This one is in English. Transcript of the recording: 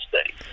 study